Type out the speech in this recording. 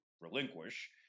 relinquish